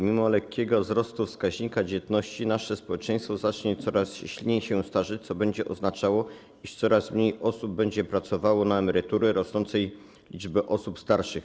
Mimo lekkiego wzrostu wskaźnika dzietności nasze społeczeństwo zacznie coraz silniej się starzeć, co będzie oznaczało, iż coraz mniej osób będzie pracowało na emerytury rosnącej liczby osób starszych.